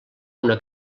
una